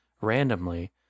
randomly